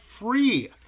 free